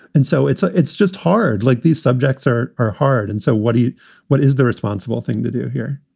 and so it's ah it's just hard like these subjects are are hard. and so what do you what is the responsible thing to do here?